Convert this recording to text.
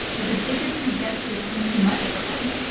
but the bigotry gets to be too much for him.